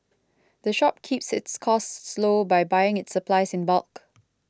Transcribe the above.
the shop keeps its costs low by buying its supplies in bulk